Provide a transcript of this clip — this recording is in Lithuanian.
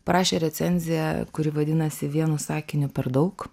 parašė recenziją kuri vadinasi vienu sakiniu per daug